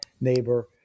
neighbor